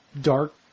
dark